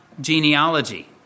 Genealogy